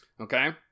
Okay